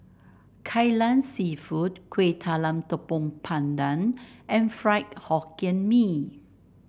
Kai Lan seafood Kuih Talam Tepong Pandan and Fried Hokkien Mee